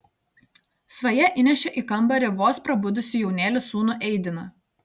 svaja įnešė į kambarį vos prabudusį jaunėlį sūnų eidiną